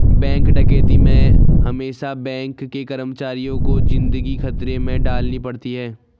bank डकैती में हमेसा बैंक के कर्मचारियों को जिंदगी खतरे में डालनी पड़ती है